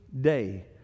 day